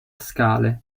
scale